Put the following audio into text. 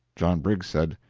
john briggs said,